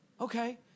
Okay